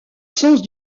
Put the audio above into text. sens